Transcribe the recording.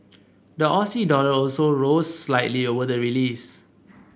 the Aussie dollar also rose slightly over the release